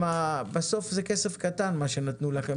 בסוף זה כסף קטן מה שנתנו לכם.